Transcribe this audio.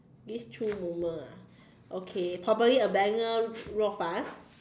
this through moment ah okay probably abandon Rou-Fan